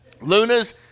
Lunas